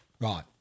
Right